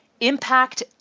Impact